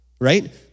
right